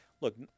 look